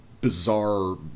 bizarre